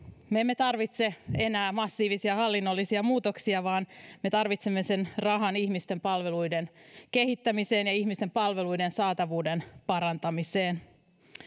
me emme tarvitse enää massiivisia hallinnollisia muutoksia vaan me tarvitsemme sen rahan ihmisten palveluiden kehittämiseen ja ihmisten palveluiden saatavuuden parantamiseen